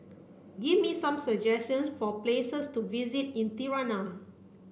give me some suggestions for places to visit in Tirana